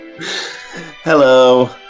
Hello